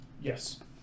Yes